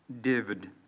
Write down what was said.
David